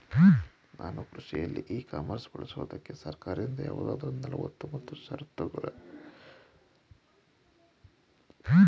ನಾನು ಕೃಷಿಯಲ್ಲಿ e commerce ಬಳಸುವುದಕ್ಕೆ ಸರ್ಕಾರದಿಂದ ಯಾವುದಾದರು ಸವಲತ್ತು ಮತ್ತು ಷರತ್ತುಗಳಿವೆಯೇ?